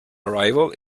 arrival